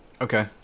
Okay